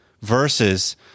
versus